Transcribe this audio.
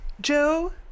Joe